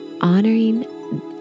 honoring